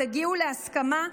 תגיעו להסכמה,